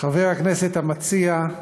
חבר הכנסת המציע,